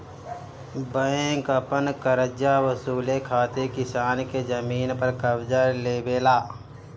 bank अपन करजा वसूले खातिर किसान के जमीन पर कब्ज़ा लेवेला